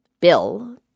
bill